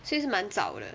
所以是蛮早的